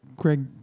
Greg